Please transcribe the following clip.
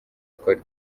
twari